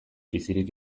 bizirik